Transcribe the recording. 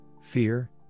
fear